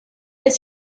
est